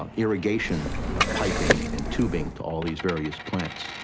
irrigation ah piping and tubing to all these various plants,